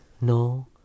No